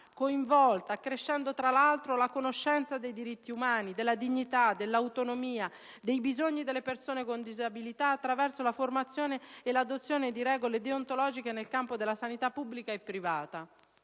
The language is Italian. coinvolta, accrescendo, tra l'altro, la conoscenza dei diritti umani, della dignità, dell'autonomia, e dei bisogni delle persone con disabilità attraverso la formazione e l'adozione di regole deontologiche nel campo della sanità pubblica e privata».